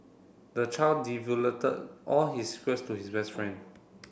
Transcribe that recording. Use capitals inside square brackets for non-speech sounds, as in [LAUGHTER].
the child [UNINTELLIGIBLE] all his secrets to his best friend